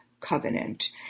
Covenant